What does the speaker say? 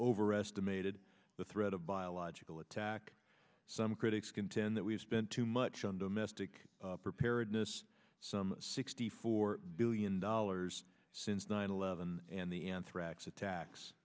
overestimated the threat of biological attack some critics contend that we have spent too much on domestic preparedness some sixty four billion dollars since nine eleven and the anthrax attacks